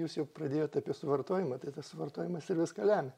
jūs jau pradėjot apie suvartojimą tai tas suvartojimas ir viską lemia